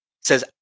says